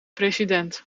president